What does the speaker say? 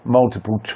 multiple